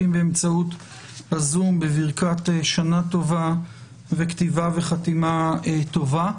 באמצעות הזום בברכת שנה טובה וכתיבה וחתימה טובה.